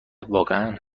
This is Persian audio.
واقعا